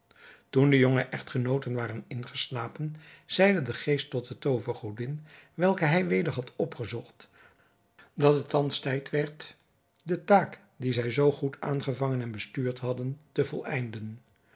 toen de jonge echtgenooten waren ingeslapen zeide de geest tot de toovergodin welke hij weder had opgezocht dat het thans tijd werd de taak zij zoo goed aangevangen en bestuurd hadden te voleinden